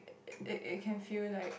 it it it can feel like